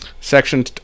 section